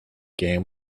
game